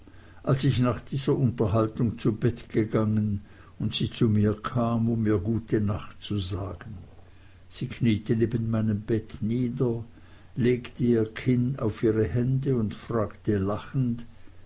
als ich nach dieser unterhaltung zu bett gegangen und sie zu mir kam um mir gute nacht zu sagen sie kniete neben meinem bett nieder legte ihr kinn auf ihre hände und fragte lachend